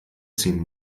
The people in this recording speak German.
ziehen